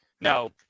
no